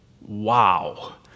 Wow